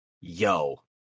Yo